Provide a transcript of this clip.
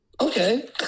okay